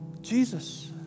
Jesus